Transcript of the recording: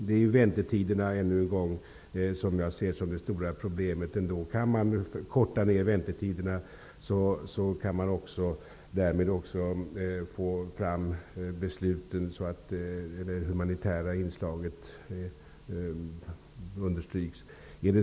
Herr talman! Jag ser väntetiderna som det stora problemet. Kan man korta ner väntetiderna kan man också få fram besluten så att det humanitära inslaget understryks.